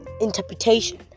interpretation